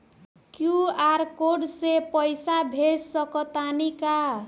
QR code से पईसा भेज सक तानी का?